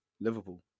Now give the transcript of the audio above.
Liverpool